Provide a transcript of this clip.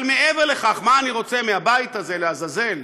אבל מעבר לכך, מה אני רוצה מהבית הזה, לעזאזל?